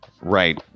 right